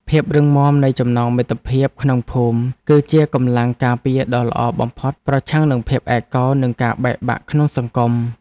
ភាពរឹងមាំនៃចំណងមិត្តភាពក្នុងភូមិ គឺជាកម្លាំងការពារដ៏ល្អបំផុតប្រឆាំងនឹងភាពឯកោនិងការបែកបាក់ក្នុងសង្គម។